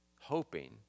hoping